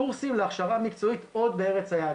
קורסים להכשרה מקצועית עוד בארץ היעד,